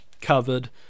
covered